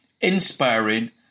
inspiring